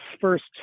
first